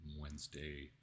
Wednesday